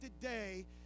today